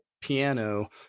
piano